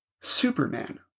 Superman